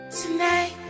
tonight